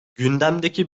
gündemdeki